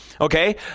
Okay